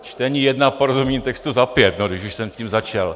Čtení jedna, porozumění textu za pět, když už jsem s tím začal.